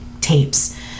tapes